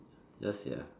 ya sia